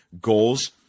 goals